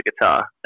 guitar